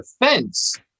defense